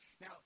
Now